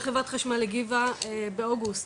כשאתה לוקח באחוזים,